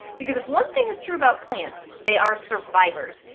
because if one thing is true about plants they are survivors.